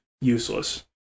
useless